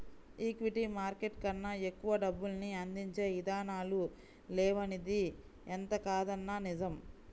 equity market కన్నా ఎక్కువ డబ్బుల్ని అందించే ఇదానాలు లేవనిది ఎంతకాదన్నా నిజం